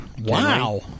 Wow